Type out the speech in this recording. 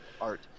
art